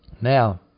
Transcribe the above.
Now